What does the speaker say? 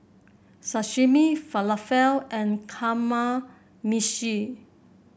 Sashimi Falafel and Kamameshi